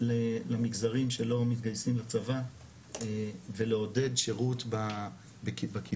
למגזרים שלא מתגייסים לצבא ולעודד שירות בכיבוי,